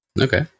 Okay